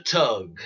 tug